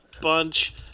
bunch